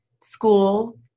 school